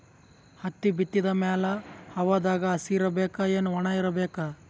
ಹತ್ತಿ ಬಿತ್ತದ ಮ್ಯಾಲ ಹವಾದಾಗ ಹಸಿ ಇರಬೇಕಾ, ಏನ್ ಒಣಇರಬೇಕ?